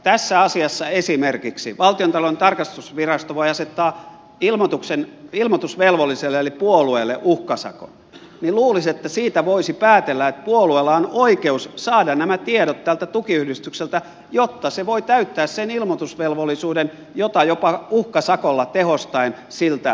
tässä asiassa esimerkiksi valtiontalouden tarkastusvirasto voi asettaa ilmoituksen ilmoitusvelvolliselle eli puolueelle uhkasakon joten luulisi että siitä voisi päätellä että puolueella on oikeus saada nämä tiedot tältä tukiyhdistykseltä jotta se voi täyttää sen ilmoitusvelvollisuuden jota jopa uhkasakolla tehostaen siltä vaaditaan